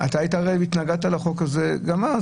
הרי התנגדת לחוק הזה גם אז.